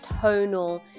tonal